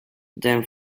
then